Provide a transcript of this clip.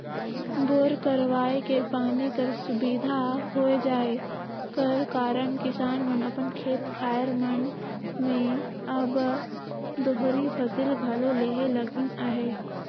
bore करवाए के पानी कर सुबिधा होए जाए कर कारन किसान मन अपन खेत खाएर मन मे अब दोहरी फसिल घलो लेहे लगिन अहे